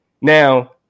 now